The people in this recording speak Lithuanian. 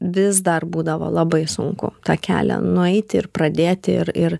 vis dar būdavo labai sunku tą kelią nueiti ir pradėti ir ir